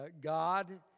God